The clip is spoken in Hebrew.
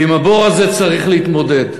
ועם הבור הזה צריך להתמודד.